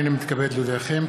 הנני מתכבד להודיעכם,